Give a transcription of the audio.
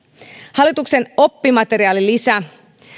hallituksen oppimateriaalilisä